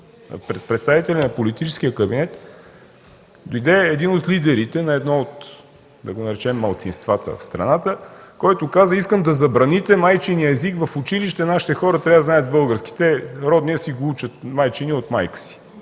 пред представители на политическия кабинет дойде един от лидерите на едно от, да го наречем, малцинствата в страната, който каза: „Искам да забраните майчиния език в училище. Нашите хора трябва да знаят български, те майчиния си го учат от майка си”.